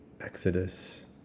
Exodus